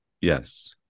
yes